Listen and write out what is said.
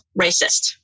racist